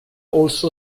also